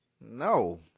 no